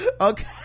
okay